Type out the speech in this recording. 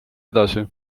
edasi